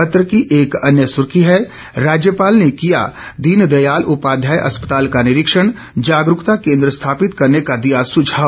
पत्र की एक अन्य सुर्खी है राज्यपाल ने किया दीन दयाल उपाध्याय अस्पताल का निरीक्षण जागरूकता केन्द्र स्थापित करने का दिया सुझाव